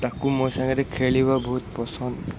ତାକୁ ମୋ ସାଙ୍ଗରେ ଖେଳିବା ବହୁତ ପସନ୍ଦ